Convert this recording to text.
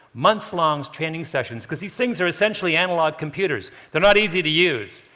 months-long training sessions because these things are essentially analog computers they're not easy to use.